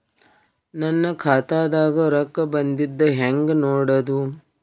ನನ್ನ ಖಾತಾದಾಗ ರೊಕ್ಕ ಬಂದಿದ್ದ ಹೆಂಗ್ ನೋಡದು?